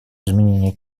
изменение